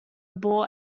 bore